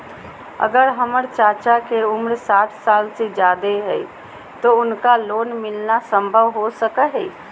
अगर हमर चाचा के उम्र साठ साल से जादे हइ तो उनका लोन मिलना संभव हो सको हइ?